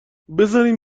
بذارین